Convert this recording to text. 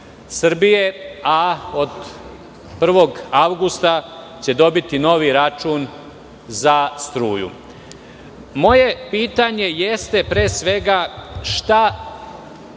a od 1. avgusta će dobiti novi račun za struju. Moje pitanje jeste pre svega šta